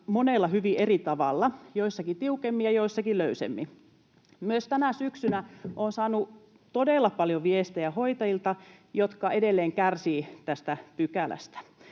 monella eri tavalla, joissakin tiukemmin ja joissakin löysemmin. Myös tänä syksynä olen saanut todella paljon viestejä hoitajilta, jotka edelleen kärsivät tästä pykälästä.